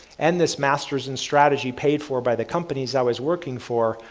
and this masters in strategy paid for by the companies i was working for,